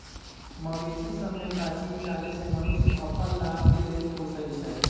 मवेशि सभके प्राचीन काले से मनुष्य अप्पन लाभ के लेल पोसइ छै